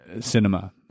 cinema